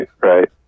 right